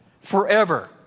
forever